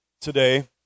today